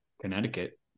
connecticut